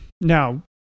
Now